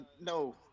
no